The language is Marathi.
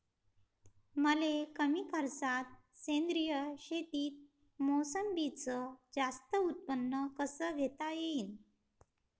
मले कमी खर्चात सेंद्रीय शेतीत मोसंबीचं जास्त उत्पन्न कस घेता येईन?